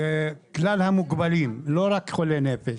לגבי כלל המוגבלים, לא רק חולי נפש.